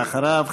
ואחריו,